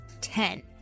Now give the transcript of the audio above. Ten